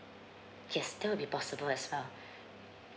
yes that will be possible as well